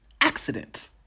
accident